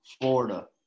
Florida